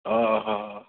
ଅ ହ